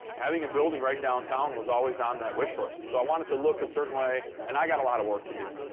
having a building right downtown was always on that wish list. so i want it to look a certain way. and i got a lot of work to do.